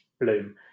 Bloom